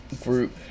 group